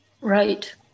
right